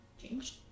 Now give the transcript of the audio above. Changed